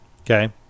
Okay